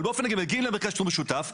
מגיעים למרכז שירות משותף,